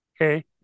Okay